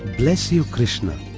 bless you, krishna.